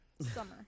summer